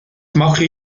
mache